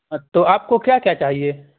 تو آپ کو کیا کیا چاہیے